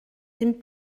dim